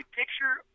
picture